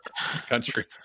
country